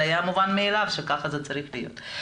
זה היה מובן מאליו שכך זה צריך להיות.